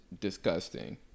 disgusting